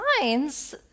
signs